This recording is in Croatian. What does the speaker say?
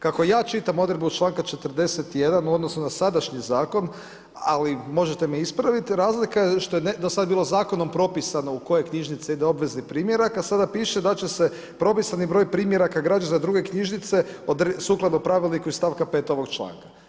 Kako ja čitam odredbu članka 41. u odnosu na sadašnji zakon ali možete me ispraviti, razlika je što je do sad bilo zakonom propisano u koje knjižnice ide obvezni primjerak a sad piše da će se propisani broj primjeraka građana druge knjižnice odrediti sukladno pravilniku iz stavka 5. ovog članka.